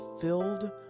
filled